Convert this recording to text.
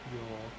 有